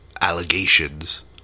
allegations